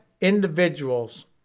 individuals